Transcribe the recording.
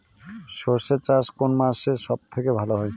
সর্ষে চাষ কোন মাসে সব থেকে ভালো হয়?